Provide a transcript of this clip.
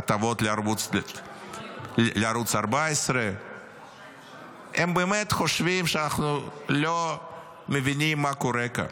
הטבות לערוץ 14. הם באמת חושבים שאנחנו לא מבינים מה קורה כאן.